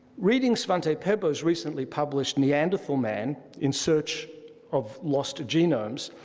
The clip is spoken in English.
reading svante paabo's recently published neanderthal man in search of lost genomes,